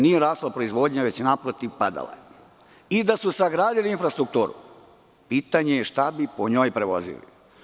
Nije rasla proizvodnja, već je padala i da su sagradili infrastrukturu pitanje je šta bi po njoj prevozili.